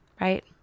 right